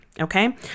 Okay